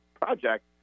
project